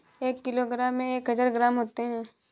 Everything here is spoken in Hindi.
एक किलोग्राम में एक हजार ग्राम होते हैं